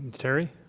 terry?